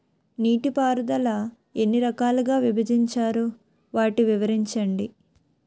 నీటిపారుదల ఎన్ని రకాలుగా విభజించారు? వాటి వివరించండి?